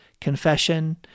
confession